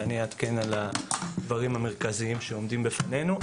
אני אעדכן על הדברים המרכזיים שעומדים בפנינו.